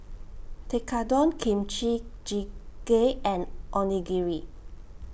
Tekkadon Kimchi Jjigae and Onigiri